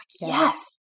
Yes